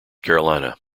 carolina